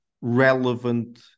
relevant